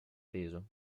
peso